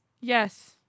Yes